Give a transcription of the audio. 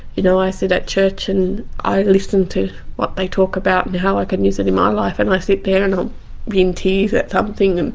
you know, i sit at church and i listen to what they talk about and how i can use it in my life, and i sit there and um i'll in tears at something,